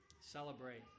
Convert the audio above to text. Celebrate